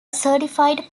certified